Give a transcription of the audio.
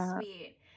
sweet